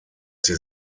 die